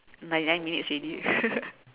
ninety nine minutes already